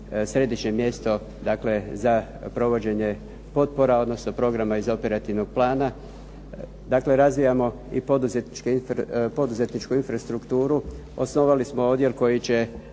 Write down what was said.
središnje mjesto za provođenje potpora, odnosno programa iz operativnog plana. Dakle, razvijamo i poduzetničku infrastrukturu, osnovali smo odjel koji će